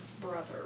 brother